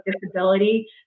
disability